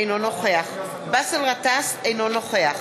אינו נוכח באסל גטאס, אינו נוכח